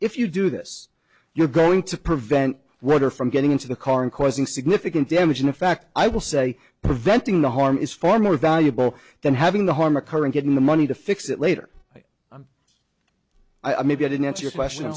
if you do this you're going to prevent water from getting into the car and causing significant damage and in fact i will say preventing the harm is far more valuable than having the harm occur and getting the money to fix it later i may get an answer your question